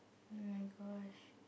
!oh-my-gosh!